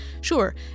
Sure